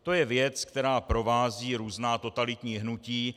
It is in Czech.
To je věc, která provází různá totalitní hnutí.